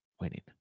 winning